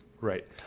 Right